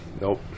nope